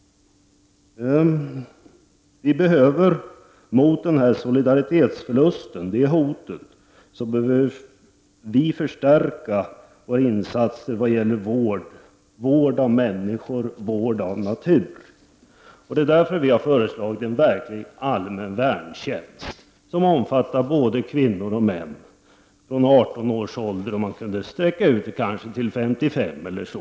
För att motverka hotet om solidaritetsförlust behöver vi förstärka våra insatser vad gäller vård av människor och natur. Vi har därför föreslagit en verklig allmän värntjänst, som omfattar både kvinnor och män från 18 års ålder och kanske upp till 55 eller så.